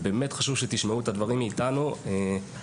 זה באמת חשוב שתשמעו את הדברים מאתנו כהווייתם.